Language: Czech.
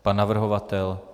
Pan navrhovatel?